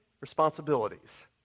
responsibilities